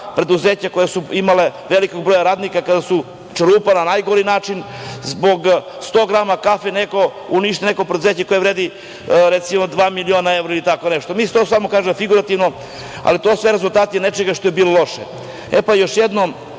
preduzeća koja su imala veliki broj radnika, kada su čerupana na najgori način. Zbog 100 grama kafe neko uništi neko preduzeće koje vredi, recimo, dva miliona evra ili tako nešto. To samo kažem figurativno, ali to su sve rezultati nečega što je bilo loše. Još jednom,